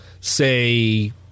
say